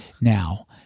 Now